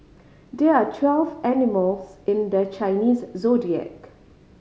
there are twelve animals in the Chinese Zodiac